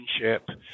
relationship